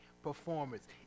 performance